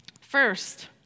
First